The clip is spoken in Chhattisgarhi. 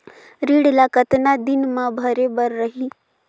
ऋण ला कतना दिन मा भरे बर रही?